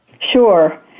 Sure